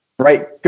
Right